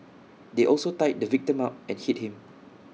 they also tied the victim up and hit him